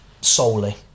solely